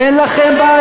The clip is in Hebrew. גם לכם לא.